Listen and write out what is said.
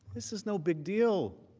this is no big deal.